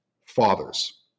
fathers